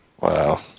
wow